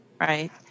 right